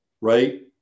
right